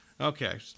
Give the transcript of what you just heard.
okay